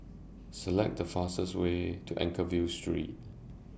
Select The fastest Way to Anchorvale Street